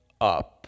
up